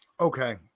Okay